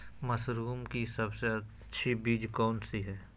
Mushroom की सबसे अच्छी बीज कौन सी है?